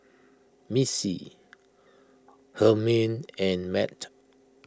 Missy Hermine and Mat